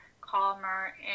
calmer